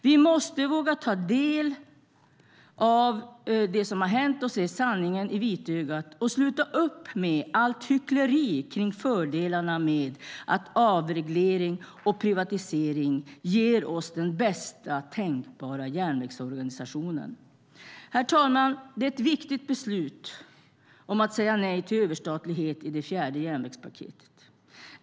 Vi måste våga ta till oss det som har hänt, se sanningen i vitögat och sluta upp med allt hyckleri om att avreglering och privatisering ger oss den bästa tänkbara järnvägsorganisationen. Herr talman! Det är ett viktigt beslut att säga nej till överstatligheten i det fjärde järnvägspaketet.